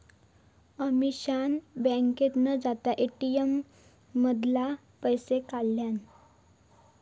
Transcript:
अमीषान बँकेत न जाता ए.टी.एम मधना पैशे काढल्यान